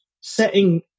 setting